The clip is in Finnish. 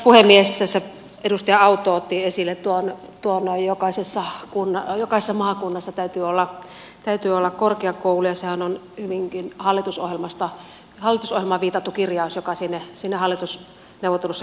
tässä edustaja autto otti esille tuon että jokaisessa maakunnassa täytyy olla korkeakoulu ja sehän on hyvinkin hallitusohjelmaan viitattu kirjaus joka sinne hallitusneuvotteluissa kirjattiin